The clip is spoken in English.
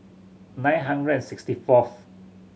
nine hundred and sixty fourth